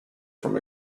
from